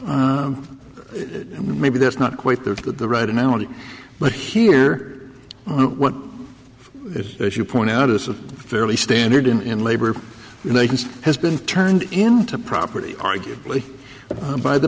it maybe that's not quite there to the right amount but here what is as you point out is a fairly standard in labor relations has been turned into property arguably by the